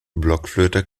blockflöte